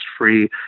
free